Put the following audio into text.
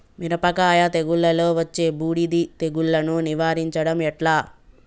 మిరపకాయ తెగుళ్లలో వచ్చే బూడిది తెగుళ్లను నివారించడం ఎట్లా?